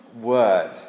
word